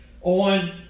on